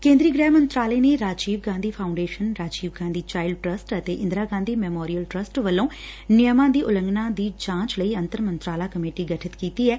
ਕੇ ਂਦਰੀ ਗ੍ਰਹਿ ਮੰਤਰਾਲੇ ਨੇ Rajiv Gandhi foundation Rajiv Gandhi child trust ਅਤੇ ਇੰਦਰਾ ਗਾਂਧੀ ਮੈਮਰੀਅਲ ਟਰੱਸਟ ਵੱਲੋ ਨਿਯਮਾ ਦੀ ਉਲੰਘਣਾ ਦੀ ਜਾਚ ਲਈ ਅੰਤਰ ਮੰਤਰਾਲਾ ਕਮੇਟੀ ਗਠਿਤ ਕੀਤੀ ਐ